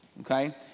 Okay